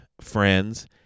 friends